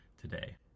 today